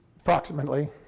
Approximately